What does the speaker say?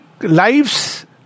lives